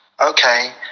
Okay